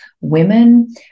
women